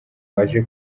waje